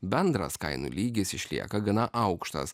bendras kainų lygis išlieka gana aukštas